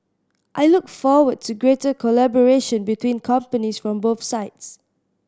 I look forward to greater collaboration between companies from both sides